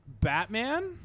Batman